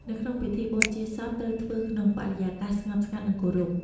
នៅក្នុងពិធីបូជាសពត្រូវធ្វើក្នុងបរិយាកាសស្ងប់ស្ងាត់និងគោរព។